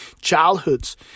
childhoods